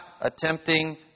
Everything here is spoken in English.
attempting